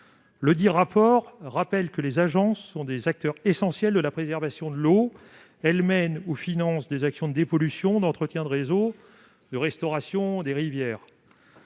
Ledit rapport rappelle que les agences sont des acteurs essentiels de la préservation de l'eau : elles mènent ou financent des actions de dépollution, d'entretien des réseaux et de restauration des rivières.